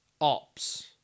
ops